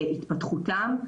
התפתחותם,